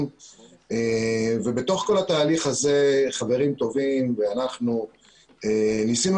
ובתוך כל התהליך הזה חברים טובים ואנחנו ניסינו